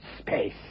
space